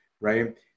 right